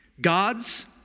God's